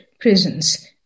prisons